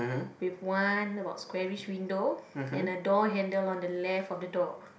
with one about squarish window and a door handle on the left of the door